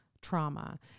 trauma